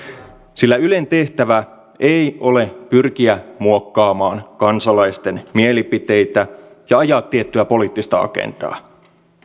sillä ylen tehtävä ei ole pyrkiä muokkaamaan kansalaisten mielipiteitä ja ajaa tiettyä poliittista agendaa